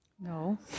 No